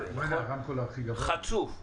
חצוף,